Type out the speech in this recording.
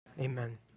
Amen